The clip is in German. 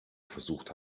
versucht